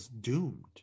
doomed